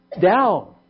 down